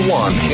one